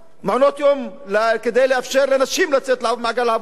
מעונות-יום, כדי לאפשר לנשים לצאת למעגל העבודה.